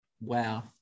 wow